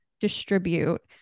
distribute